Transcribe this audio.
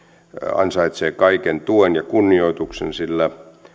ansaitsee kaiken tuen ja kunnioituksen sillä